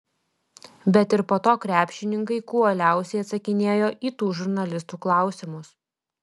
bet ir po to krepšininkai kuo uoliausiai atsakinėjo į tų žurnalistų klausimus